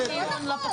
לא נכון.